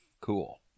cool